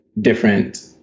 different